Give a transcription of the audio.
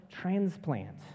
transplant